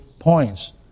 points